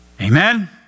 Amen